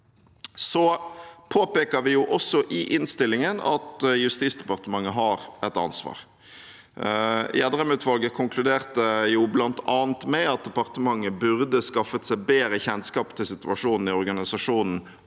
Vi påpeker også i innstillingen at Justisdepartementet har et ansvar. Gjedrem-utvalget konkluderte bl.a. med at departementet burde skaffet seg bedre kjennskap til situasjonen i organisasjonen